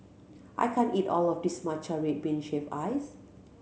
I can't eat all of this matcha red bean shaved ice